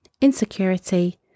insecurity